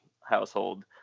household